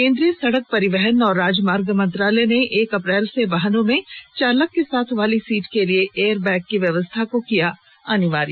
केंद्रीय सड़क परिवहन और राजमार्ग मंत्रालय ने एक अप्रैल से वाहनों में चालक के साथ वाली सीट के लिए एयरबैग की व्यवस्था को किया अनिवार्य